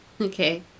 Okay